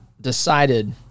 decided